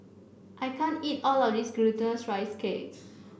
I can't eat all of this Glutinous Rice Cake